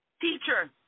teacher